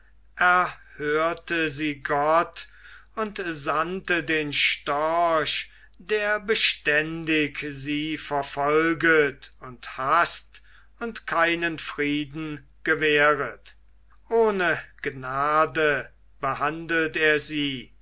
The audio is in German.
erhörte sie gott und sandte den storch der beständig sie verfolget und haßt und keinen frieden gewähret ohne gnade behandelt er sie